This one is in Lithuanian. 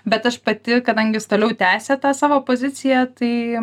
bet aš pati kadangi jis toliau tęsia tą savo poziciją tai